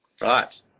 Right